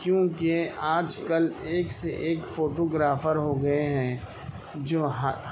کیوں کہ آج کل ایک سے ایک فوٹوگرافر ہوگیے ہیں جو